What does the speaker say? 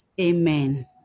Amen